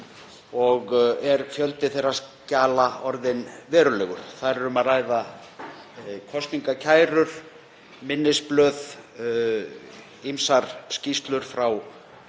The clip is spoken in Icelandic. og er fjöldi þeirra skjala orðinn verulegur. Þar er um að ræða kosningakærur, minnisblöð, ýmsar skýrslur frá